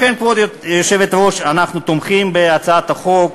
לכן, כבוד היושבת-ראש, אנחנו תומכים בהצעת החוק.